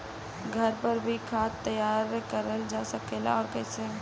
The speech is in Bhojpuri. घर पर भी खाद तैयार करल जा सकेला और कैसे?